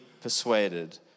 persuaded